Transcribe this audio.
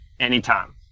Anytime